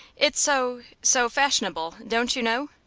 it's so so fashionable, don't you know?